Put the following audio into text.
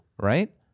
Right